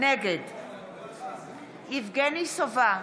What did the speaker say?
נגד יבגני סובה,